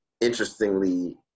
Interestingly